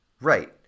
Right